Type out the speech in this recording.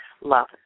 love